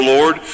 Lord